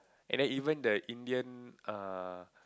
and then even the Indian err